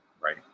right